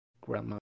Grandma